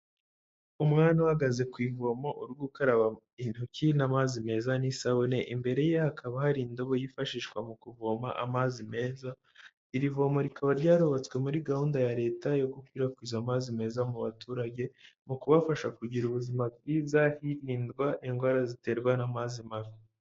Umwana uhagaze ku ivoma uri gukaraba intoki n'amazi meza n'isabune, imbere ye hakaba hari indobo yifashishwa mu kuvoma amazi meza, iri voma rikaba ryarubatswe muri gahunda ya leta yo gukwirakwiza amazi meza mu baturage mu kubafasha kugira ubuzima bwiza hirindwa indwara ziterwa n'amazi mabi.